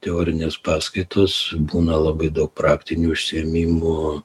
teorinės paskaitos būna labai daug praktinių užsiėmimų